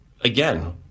again